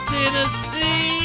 Tennessee